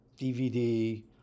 DVD